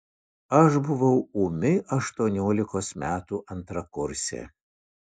aš buvau ūmi aštuoniolikos metų antrakursė